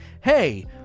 Hey